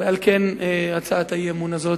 ועל כן הצעת האי-אמון הזו,